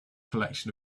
collection